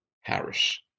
Harris